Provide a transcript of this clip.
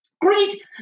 Great